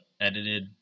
edited